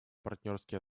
партнерские